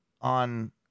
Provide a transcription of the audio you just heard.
on